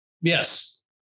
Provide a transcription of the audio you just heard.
Yes